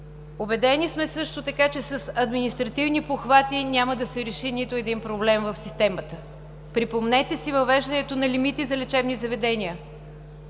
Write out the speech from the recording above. Убедени сме също така, че с административни похвати няма да се реши нито един проблем в системата. Припомнете си въвеждането на лимити за лечебни заведения!